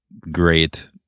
great